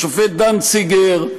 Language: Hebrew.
השופט דנציגר,